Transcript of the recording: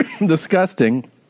disgusting